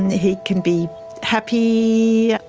he can be happy,